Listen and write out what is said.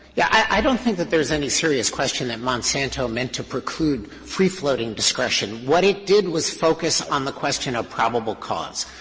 yeah i don't think that there is any serious question that monsanto meant to preclude free floating discretion. what it did was focus on the question of probable cause,